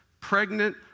pregnant